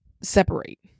separate